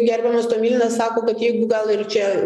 gerbiamas tomilinas sako kad jeigu gal ir čia